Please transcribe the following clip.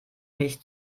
mich